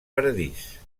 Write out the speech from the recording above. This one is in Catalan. paradís